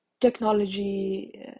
technology